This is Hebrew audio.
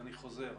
אני חוזר.